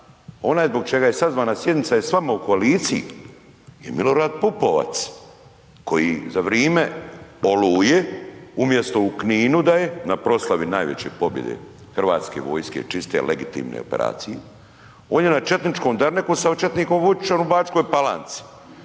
onaj zbog čega je sazvana sjednica je s vama u koaliciji i Milorad Pupovac koji za vrime oluje umjesto u Kninu da je na proslavi najveće pobjede hrvatske vojske čiste legitimne operacije, on je na četničkom derneku sa četnikom Vučićem u Bačkoj Palanci,